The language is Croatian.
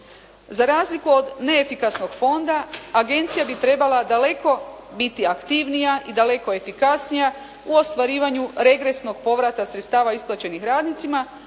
Za razliku od neefikasnog fonda agencija bi trebala daleko biti aktivnija i daleko efikasnija u ostvarivanju regresnog povrata sredstava isplaćenih radnicima,